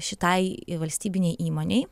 šitai valstybinei įmonei